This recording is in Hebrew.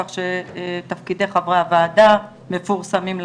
כך שתפקידי חברי הוועדה מפורסמים לציבור.